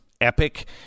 epic